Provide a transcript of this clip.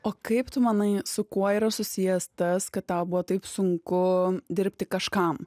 o kaip tu manai su kuo yra susijęs tas kad tau buvo taip sunku dirbti kažkam